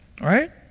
right